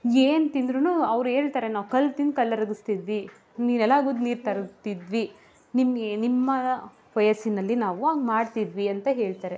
ಏನು ತಿಂದ್ರು ಅವ್ರು ಹೇಳ್ತಾರೆ ನಾವು ಕಲ್ಲು ತಿಂದು ಕಲ್ಲು ಅರಗಿಸ್ತಿದ್ವಿ ನೀ ನೆಲ ಗುದ್ದಿ ನೀರು ತರತಿದ್ವಿ ನಿಮಗೇ ನಿಮ್ಮ ವಯಸ್ಸಿನಲ್ಲಿ ನಾವು ಹಂಗ್ ಮಾಡ್ತಿದ್ವಿ ಅಂತ ಹೇಳ್ತಾರೆ